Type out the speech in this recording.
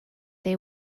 they